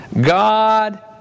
God